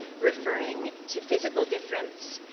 referring to physical difference,